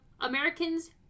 Americans